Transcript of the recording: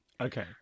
Okay